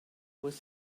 was